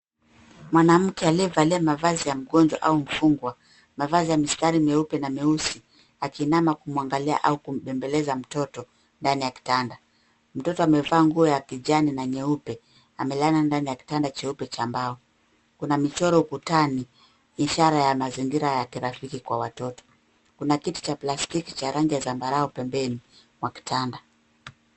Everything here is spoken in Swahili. Mwanamke aliyevalia mavazi ya mgonjwa au mfungwa. Mavazi ya mistari mieupe na mieusi akiinama kumuanglia au kumbembeleza mtoto ndani ya kitanda. Mtoto amevaa nguo ya kijani na nyeupe. Amelala ndani ya kitanda cheupe cha mbao. Kuna michoro ukutani ishara ya mazingira ya kirafiki kwa watoto. Kuna kiti cha plastiki cha rangi ya zambarau pembeni mwa kitanda.